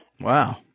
Wow